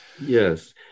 Yes